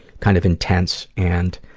kind of intense and